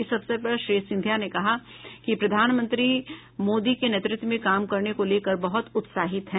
इस अवसर पर श्री सिंधिया ने कहा कि वह प्रधानमंत्री मोदी के नेतृत्व में काम करने को लेकर बहुत उत्साहित हैं